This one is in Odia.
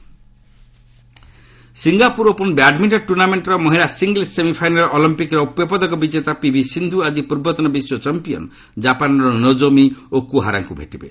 ବ୍ୟାଡ୍ମିଣ୍ଟନ ସିଙ୍ଗାପ୍ରର ଓପନ୍ ବ୍ୟାଡମିଣ୍ଟନ ଟ୍ରର୍ଣ୍ଣାମେଣ୍ଟର ମହିଳା ସିଙ୍ଗଲ୍ସ ସେମିଫାଇନାଲ୍ରେ ଅଲିମ୍ପିକ୍ ରୌପ୍ୟପଦକ ବିଜେତା ପିଭି ସିନ୍ଧ୍ର ଆକି ପୂର୍ବତନ ବିଶ୍ୱ ଚମ୍ପିୟାନ୍ କାପାନର ନୋଜୋମି ଓକୁହାରାଙ୍କୁ ଭେଟିବେ